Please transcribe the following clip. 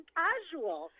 casual